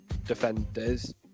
defenders